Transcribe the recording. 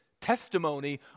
testimony